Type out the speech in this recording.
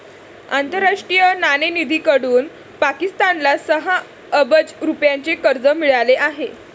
आंतरराष्ट्रीय नाणेनिधीकडून पाकिस्तानला सहा अब्ज रुपयांचे कर्ज मिळाले आहे